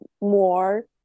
more